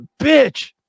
bitch